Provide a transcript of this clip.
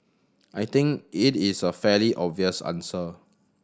I think it is a fairly obvious answer